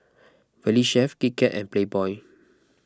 Valley Chef Kit Kat and Playboy